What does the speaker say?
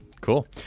Cool